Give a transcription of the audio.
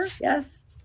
Yes